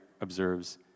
observes